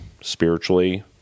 spiritually